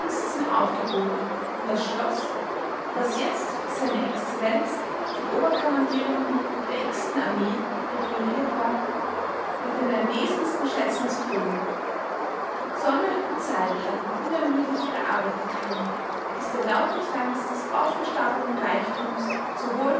aufgeboten um das schloß das jetzt für seine excellenz den oberkommandierenden der ten armee requieriert war mit den erlesensten schätzen zu füllen sonne und zeit hatten unermüdlich ihre arbeit getan bis der laute glanz des aufgestapelten reichtums